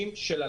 צמאים